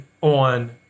on